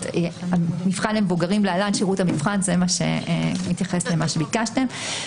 המבחן למבוגרים [להלן שירות המבחן],